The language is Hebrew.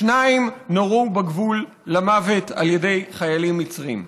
שניים נורו למוות בגבול על ידי חיילים מצרים.